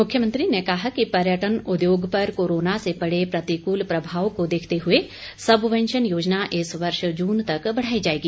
मुख्यमंत्री ने कहा कि पर्यटन उद्योग पर कोरोना से पड़े प्रतिकूल प्रभाव को देखते हुए सबवेंशण योजना इस वर्ष जून तक बढ़ाई जाएगी